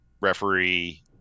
referee